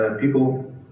people